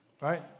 Right